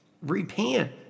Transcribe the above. Repent